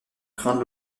craindre